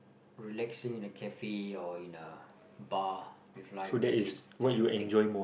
relaxing in a cafe or in a bar with live music and everything